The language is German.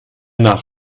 nach